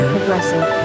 Progressive